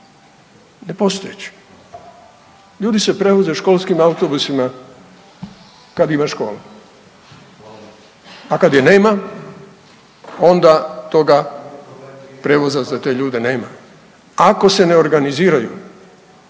nepostojeći. Ljudi se prevoze školskim autobusima kad ima škole. A kad je nema, onda toga prijevoza za te ljude nema, ako se ne organiziraju